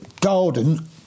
garden